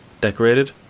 Decorated